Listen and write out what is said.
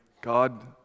God